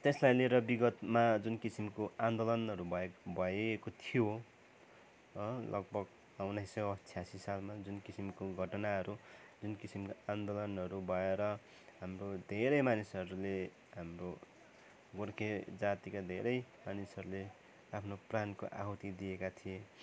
त्यसलाई लिएर बिगतमा जुन किसिमको आन्दोलनहरू भए भएको थियो लगभग उन्नाइस सय छ्यासी सालमा जुन किसिमको घटनाहरू जुन किसिमका आन्दोलनहरू भएर हाम्रो धेरै मानिसहरूले हाम्रो गोर्खे जातिका धेरै मानिसहरले आफ्नो प्राणका आहुति दिएका थिए